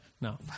No